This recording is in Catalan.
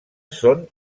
són